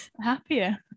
happier